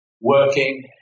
working